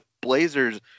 Blazers